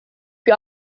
più